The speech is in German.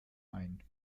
ein